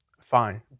fine